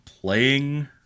playing